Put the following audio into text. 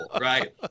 right